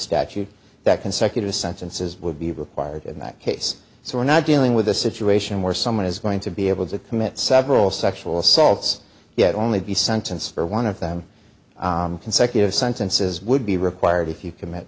statute that consecutive sentences would be required in that case so we're not dealing with a situation where someone is going to be able to commit several sexual assaults yet only the sentence for one of them consecutive sentences would be required if you commit